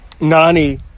Nani